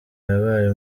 yabaye